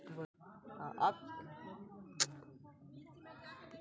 प्रत्येक चेक भुगतानकर्ता कें धन हस्तांतरण लेल सुरक्षित रूप सं देल जाइ छै